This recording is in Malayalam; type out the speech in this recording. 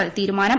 എൽ തീരുമാനം